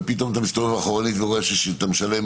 ופתאום אתה מסתובב אחורנית ורואה שאתה משלם